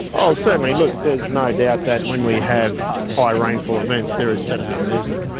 oh certainly, look, there's no doubt that when we have high rainfall events there is sediment movement.